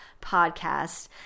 podcast